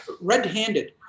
red-handed